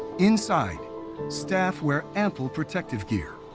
inside staff wear ample protective gear.